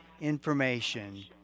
information